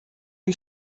you